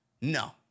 No